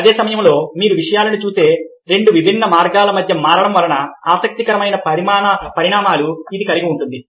అదే సమయంలో మీరు విషయాలను చూసే రెండు విభిన్న మార్గాల మధ్య మారడం వలన ఆసక్తికరమైన పరిణామాలు ఇది కలిగి ఉంటుంది